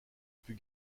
put